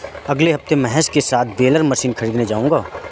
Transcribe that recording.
अगले हफ्ते महेश के साथ बेलर मशीन खरीदने जाऊंगा